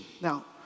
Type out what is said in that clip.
Now